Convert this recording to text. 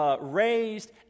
raised